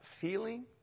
feeling